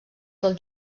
del